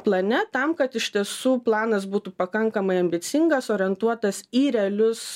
plane tam kad iš tiesų planas būtų pakankamai ambicingas orientuotas į realius